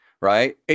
right